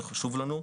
זה חשוב לנו.